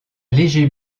léger